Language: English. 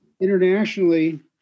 Internationally